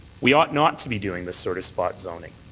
we ought not to be doing this sort of spot zoning.